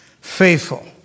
faithful